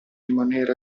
rimanere